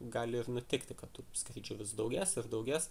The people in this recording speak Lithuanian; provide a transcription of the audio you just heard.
gali ir nutikti kad tų skrydžių vis daugės ir daugės